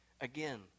again